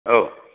औ